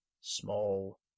small